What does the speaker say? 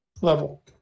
level